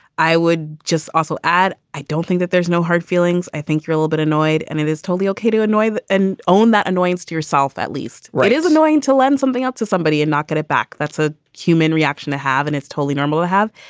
i would just also add, i don't think that there's no hard feelings. i think you're a little bit annoyed and it is totally okay to annoy and own that annoyance to yourself. at least it is annoying to lend something up to somebody and not get it back. that's a human reaction to have and it's totally normal to have.